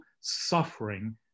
suffering